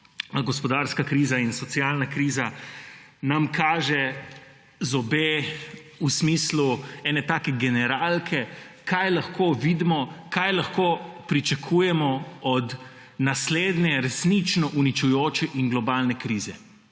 gospodarska kriza in socialna kriza, nam kaže zobe v smislu ene take generalke, kaj lahko vidimo, kaj lahko pričakujemo od naslednje resnično uničujoče in globalne krize.